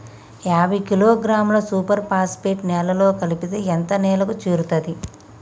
యాభై కిలోగ్రాముల superphosphate నేలలో కలిపితే ఎంత నేలకు చేరుతది?